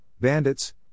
bandits